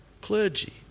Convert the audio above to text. clergy